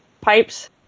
pipes